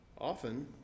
Often